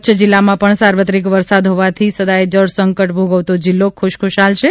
કચ્છ જીલ્લામાં પણ સાર્વત્રિક વરસાદ હોવાથી સદાય જળસંકટ ભોગવતો જિલ્લો ખુશખુશાલ છે